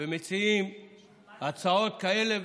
ומציעים הצעות כאלה,